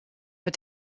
but